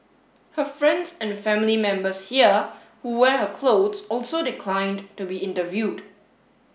her friends and family members here who wear her clothes also declined to be interviewed